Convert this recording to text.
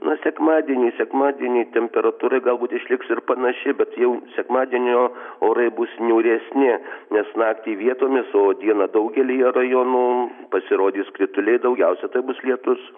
na sekmadienį sekmadienį temperatūra galbūt išliks ir panaši bet jau sekmadienio orai bus niūresni nes naktį vietomis o dieną daugelyje rajonų pasirodys krituliai daugiausia tai bus lietus